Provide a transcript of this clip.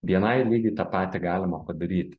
bni lygiai tą patį galima padaryti